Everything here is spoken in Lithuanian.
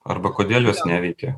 arba kodėl jos neveikia